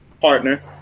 partner